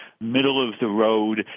middle-of-the-road